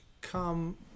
come